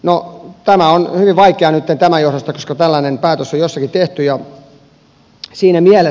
no tämä on hyvin vaikeaa nytten tämän johdosta koska tällainen päätös on jossakin tehty